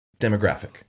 demographic